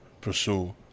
pursue